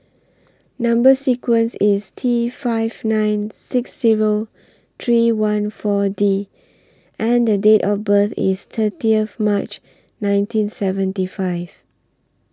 Number sequence IS T five nine six Zero three one four D and The Date of birth IS thirtieth March nineteen seventy five